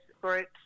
groups